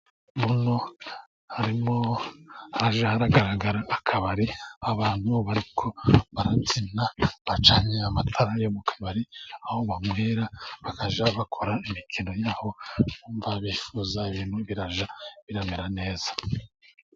Muno harimo haragaragaramo akabari abantu bari kubyina, bacanye amatara yo mu kabari aho banywera, bakajya bakora imikino yaho bumva bifuza, ibintu birajya biramera neza.